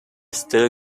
still